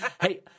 Hey